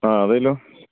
ആ അതേല്ലോ